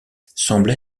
semble